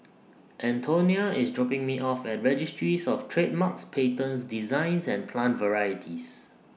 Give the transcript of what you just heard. Antonia IS dropping Me off At Registries of Trademarks Patents Designs and Plant Varieties